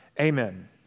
amen